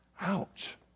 ouch